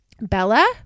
Bella